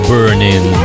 Burning